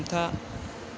था